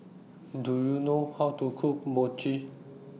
Do YOU know How to Cook Mochi